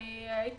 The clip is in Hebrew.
הייתי